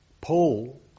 Paul